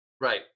Right